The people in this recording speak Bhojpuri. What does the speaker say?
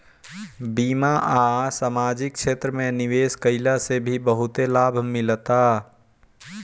बीमा आ समाजिक क्षेत्र में निवेश कईला से भी बहुते लाभ मिलता